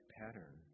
pattern